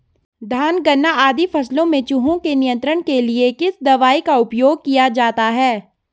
धान गन्ना आदि फसलों में चूहों के नियंत्रण के लिए किस दवाई का उपयोग किया जाता है?